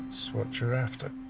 what you're after.